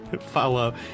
follow